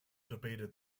debated